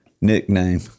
nickname